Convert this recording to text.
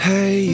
Hey